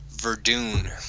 Verdun